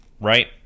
right